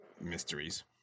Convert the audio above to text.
mysteries